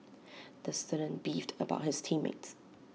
the student beefed about his team mates